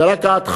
זו רק ההתחלה.